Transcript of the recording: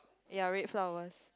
ya red flowers